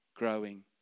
Growing